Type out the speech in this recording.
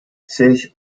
sich